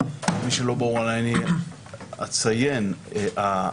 למי שלא ברור אולי אני אציין שהיום